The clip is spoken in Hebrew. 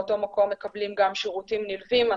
באותו מקום מקבלים גם שירותים נלווים.